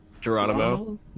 Geronimo